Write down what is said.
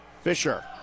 Fisher